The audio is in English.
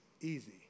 easy